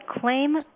claim